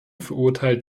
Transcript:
verurteilt